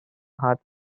heart